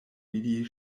vidi